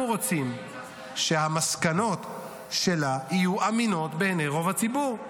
אנחנו רוצים שהמסקנות שלה יהיו אמינות בעיני רוב הציבור.